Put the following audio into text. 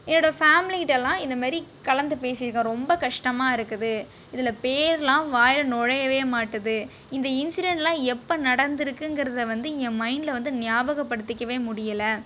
என்னோடய ஃபேமிலிக்கிட்டலாம் இந்தமாதிரி கலந்து பேசியிருக்கேன் ரொம்ப கஷ்டமாக இருக்குது இதில் பேரெலாம் வாயில் நுழையவே மாட்டுது இந்த இன்சிடெண்டெலாம் எப்போ நடந்துருக்குங்கிறதை வந்து என் மைண்டில் வந்து ஞாபகப்படுத்திக்கவே முடியலை